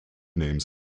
names